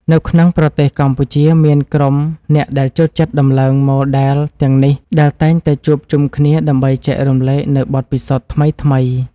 នៅក្នុងប្រទេសកម្ពុជាមានក្រុមអ្នកដែលចូលចិត្តដំឡើងម៉ូដែលទាំងនេះដែលតែងតែជួបជុំគ្នាដើម្បីចែករំលែកនូវបទពិសោធន៍ថ្មីៗ។